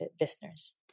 listeners